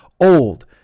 old